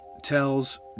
tells